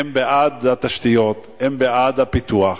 הם בעד התשתיות, הם בעד הפיתוח.